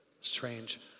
Strange